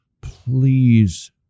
please